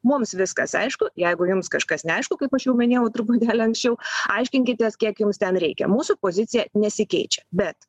mums viskas aišku jeigu jums kažkas neaišku kaip aš jau minėjau truputėlį anksčiau aiškinkitės kiek jums ten reikia mūsų pozicija nesikeičia bet